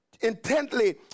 intently